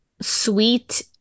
sweet